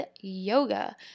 yoga